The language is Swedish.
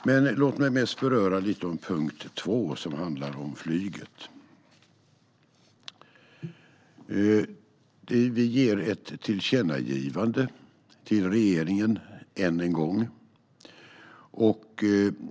Låt mig beröra lite om punkt 2, som handlar om flyget. Vi ger än en gång ett tillkännagivande till regeringen.